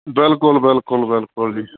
ਬਿਲਕੁਲ ਬਿਲਕੁਲ ਬਿਲਕੁਲ ਜੀ